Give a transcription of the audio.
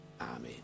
amen